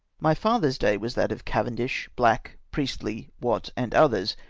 my father's day was that of cavendish, black, priestley, watt, and others,